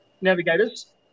navigators